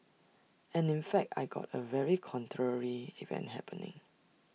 and in fact I got A very contrary event happening